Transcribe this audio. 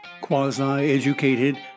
quasi-educated